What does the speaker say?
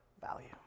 value